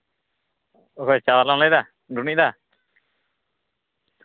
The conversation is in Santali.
ᱚᱠᱚᱭ ᱪᱟᱣᱞᱟᱢ ᱞᱟᱹᱭᱫᱟ ᱫᱷᱚᱱᱤ ᱫᱟ